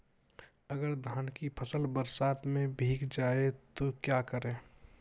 अगर धान की फसल बरसात में भीग जाए तो क्या करें?